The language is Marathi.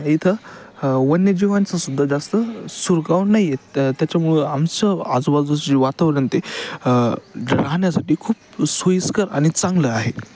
इथं वन्यजीवांचं सुद्धा जास्त शिरकाव नाही आहेत त्याच्यामुळं आमचं आजूबाजूचे वातावरण ते राहण्यासाठी खूप सोयीस्कर आणि चांगलं आहे